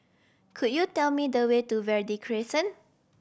could you tell me the way to Verde Crescent